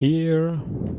here